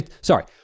sorry